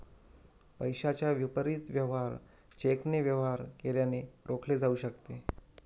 पैशाच्या विपरीत वेवहार चेकने वेवहार केल्याने रोखले जाऊ शकते